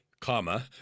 comma